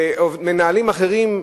ומנהלים אחרים,